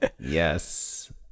yes